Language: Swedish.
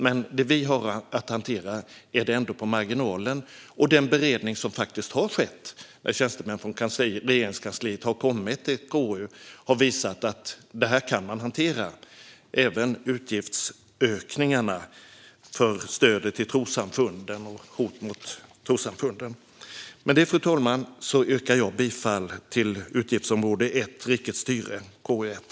Men när det gäller det vi har att hantera är det ändå på marginalen, och den beredning som faktiskt har skett när tjänstemän från Regeringskansliet har kommit till KU har visat att man kan hantera detta, även utgiftsökningarna för stöd till trossamfunden och hot mot dem. Med detta, fru talman, yrkar jag bifall till utskottets förslag gällande utgiftsområde 1 Rikets styrelse i KU1.